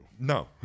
No